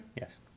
Yes